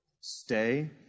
stay